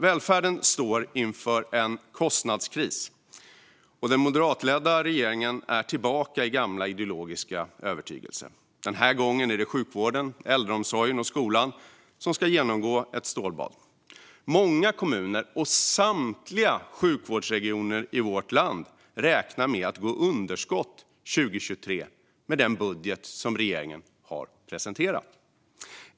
Välfärden står inför en kostnadskris, och den moderatledda regeringen är tillbaka i gamla ideologiska övertygelser. Den här gången är det sjukvården, äldreomsorgen och skolan som ska genomgå ett stålbad. Många kommuner och samtliga sjukvårdsregioner i vårt land räknar med att gå med underskott 2023 med den budget som regeringen har presenterat.